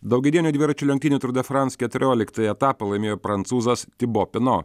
daugiadienių dviračių lenktynių tour de france keturioliktąjį etapą laimėjo prancūzas tibo pino